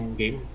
game